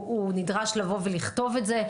הוא נדרש לבוא ולכתוב את זה.